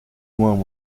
won